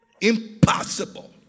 Impossible